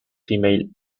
female